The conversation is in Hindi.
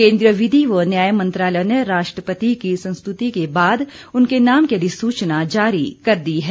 केन्द्रीय विधि व न्याय मंत्रालय ने राष्ट्रपति की संस्तुति के बाद उनके नाम की अधिसूचना जारी कर दी है